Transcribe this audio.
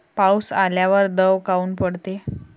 पाऊस आल्यावर दव काऊन पडते?